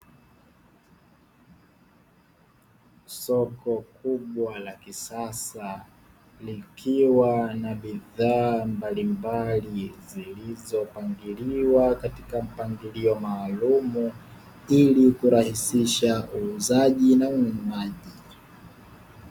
Soko kubwa la kisasa likiwa na bidhaa mbalimbali zilizopangiliwa katika mpangilio maalumu ili kurahisisha, uuzaji na ununuaji.